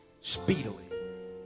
speedily